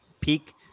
peak